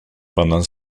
pendant